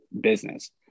business